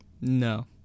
No